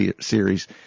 series